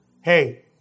hey